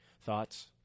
Thoughts